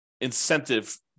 incentive